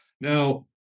Now